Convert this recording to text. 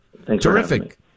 Terrific